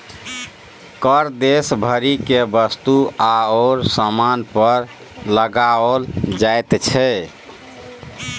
कर देश भरि केर वस्तु आओर सामान पर लगाओल जाइत छै